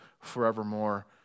forevermore